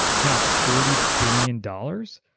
it's now forty billion dollars,